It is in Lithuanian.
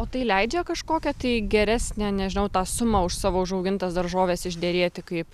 o tai leidžia kažkokią tai geresnę nežinau tą sumą už savo užaugintas daržoves išderėti kaip